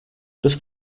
does